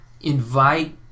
invite